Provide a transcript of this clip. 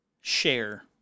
share